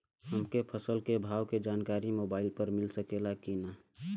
हमके फसल के भाव के जानकारी मोबाइल पर मिल सकेला की ना?